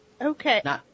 Okay